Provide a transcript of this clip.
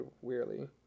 wearily